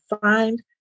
Find